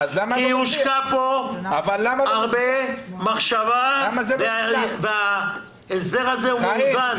כי הושקעה פה הרבה מחשבה וההסדר הזה מאוזן.